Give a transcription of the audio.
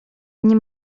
nie